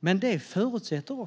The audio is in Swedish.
Men det förutsätter